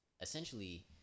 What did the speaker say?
essentially